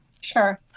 sure